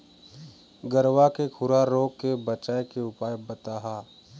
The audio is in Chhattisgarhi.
गरवा के खुरा रोग के बचाए के उपाय बताहा?